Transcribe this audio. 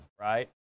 right